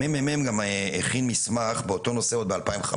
ה-מ.מ.מ גם הכין מסמך באותו נושא עוד ב- 2015,